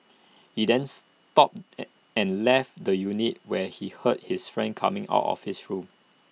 he then stopped an and left the unit when he heard his friend coming out of his room